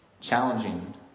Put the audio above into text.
Challenging